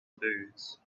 booze